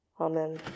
Amen